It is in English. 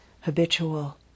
habitual